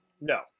no